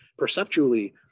perceptually